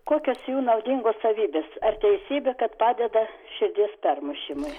kokios jų naudingos savybės ar teisybė kad padeda širdies permušimui